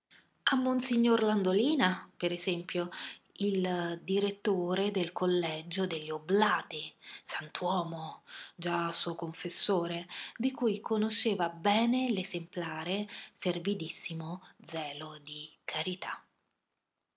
a monsignor landolina per esempio direttore del collegio degli oblati sant'uomo già suo confessore di cui conosceva bene l'esemplare fervidissimo zelo di carità